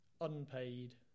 unpaid